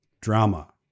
drama